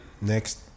next